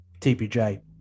TPJ